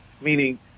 meaning